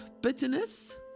bitterness